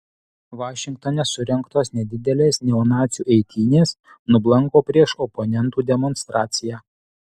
vašingtone surengtos nedidelės neonacių eitynės nublanko prieš oponentų demonstraciją